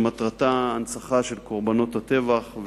שמטרתה הנצחה של קורבנות הטבח,